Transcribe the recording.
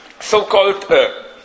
so-called